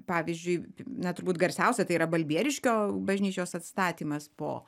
pavyzdžiui na turbūt garsiausia tai yra balbieriškio bažnyčios atstatymas po